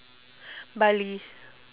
bali